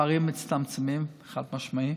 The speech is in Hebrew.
הפערים מצטמצמים, חד-משמעית,